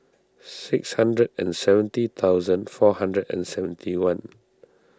six hundred and seventy thousand four hundred and seventy one